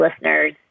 listeners